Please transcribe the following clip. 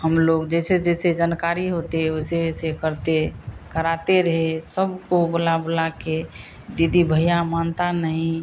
हम लोग जैसे जैसे जनकारी होती वैसे वैसे करते कराते रहे सबको बुला बुलाकर दीदी भैया मानते नहीं